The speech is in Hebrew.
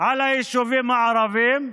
על היישובים הערביים,